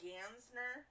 Gansner